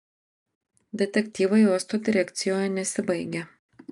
detektyvai uosto direkcijoje nesibaigia